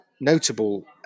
notable